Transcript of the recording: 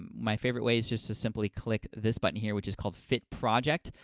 my favorite way is just to simply click this button, here, which is called fit project.